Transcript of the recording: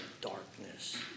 darkness